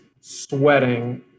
sweating